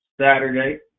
Saturday